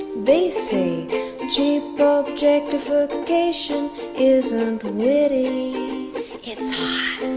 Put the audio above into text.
they say cheap objectification isn't witty it's hot!